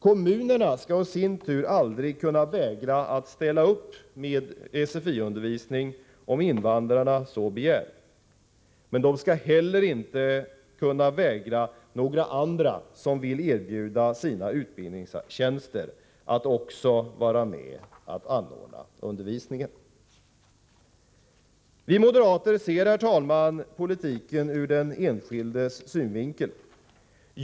Kommunerna skall i sin tur aldrig kunna vägra att ställa upp med SFI-undervisning om invandrarna så begär, men de skall heller inte kunna förvägra några andra som vill erbjuda sina utbildningstjänster att också vara med och anordna undervisningen. Herr talman! Vi moderater ser politiken ur den enskildes synvinkel.